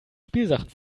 spielsachen